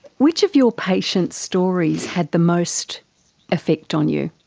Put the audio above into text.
which of your patients' stories had the most effect on you?